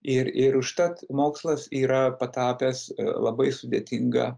ir ir užtat mokslas yra patapęs labai sudėtinga